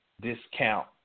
discount